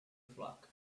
flock